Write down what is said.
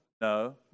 no